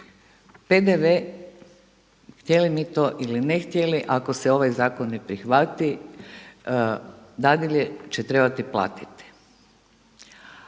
PDV htjeli mi to ili ne htjeli, ako se ovaj zakon ne prihvati dadilje će trebati platiti.